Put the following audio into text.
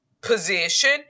position